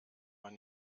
man